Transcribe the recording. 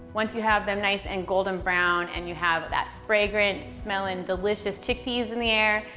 once you have them nice and golden brown and you have that fragrant-smelling, delicious chickpeas in the air,